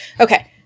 Okay